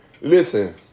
listen